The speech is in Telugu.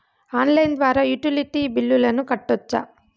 ఆన్లైన్ ద్వారా యుటిలిటీ బిల్లులను కట్టొచ్చా?